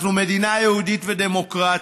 אנחנו מדינה יהודית ודמוקרטית,